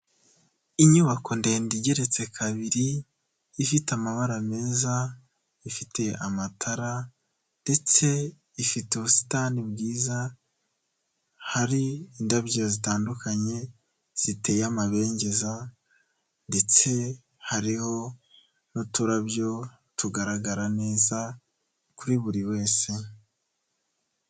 Inyubako ndende igeretse kabiri, ifite amabara meza, ifite amatara ndetse ifite ubusitani bwiza, hari indabyo zitandukanye ziteye amabengeza ndetse hariho n'uturabyo tugaragara neza kuri buri wese.